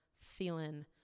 feeling